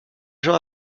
gens